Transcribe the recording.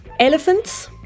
Elephants